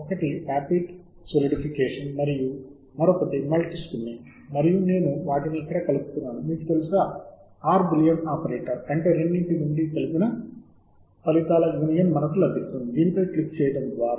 మీరు ఇక్కడ నా పేరు చూడవచ్చు మరియు ఈ పేజీలో చూడగలిగినట్లుగా నా ప్రొఫైల్లో శోధన చరిత్ర నిల్వ చేయబడుతుంది